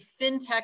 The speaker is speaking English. FinTech